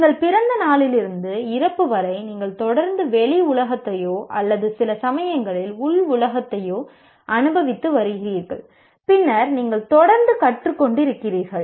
நீங்கள் பிறந்த நாளிலிருந்து இறப்பு வரை நீங்கள் தொடர்ந்து வெளி உலகத்தையோ அல்லது சில சமயங்களில் உள் உலகத்தையோ அனுபவித்து வருகிறீர்கள் பின்னர் நீங்கள் தொடர்ந்து கற்றுக் கொண்டிருக்கிறீர்கள்